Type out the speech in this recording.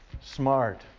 smart